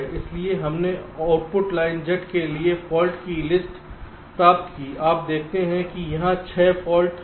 इसलिए हमने output line Z के लिए फाल्ट की लिस्ट प्राप्त की है आप देखते हैं कि यहां 6 फाल्ट हैं